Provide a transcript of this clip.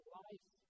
life